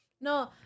No